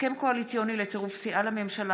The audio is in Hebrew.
הסכם קואליציוני לצירוף סיעה לממשלה